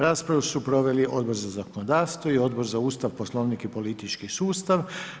Raspravu su proveli Odbor za zakonodavstvo i Odbor za Ustav, Poslovnik i politički sustav.